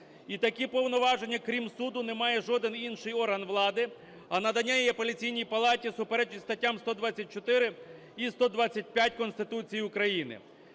і такі повноваження крім суду, не має жоден інший орган влади, а надання їх Апеляційній палаті суперечить статтям 124 і 125 Конституції України.